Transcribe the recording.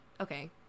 okay